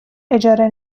اجاره